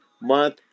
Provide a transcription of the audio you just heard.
month